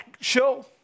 show